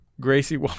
Gracie